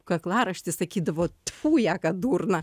kaklaraištį sakydavo tfu jaka durna